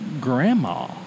Grandma